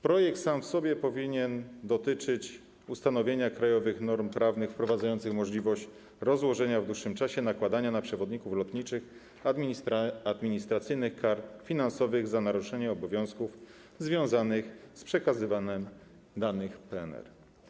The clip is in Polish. Projekt sam w sobie powinien dotyczyć ustanowienia krajowych norm prawnych wprowadzających możliwość rozłożenia w dłuższym czasie nakładania na przewoźników lotniczych administracyjnych kar finansowych za naruszenie obowiązków związanych z przekazywaniem danych PNR.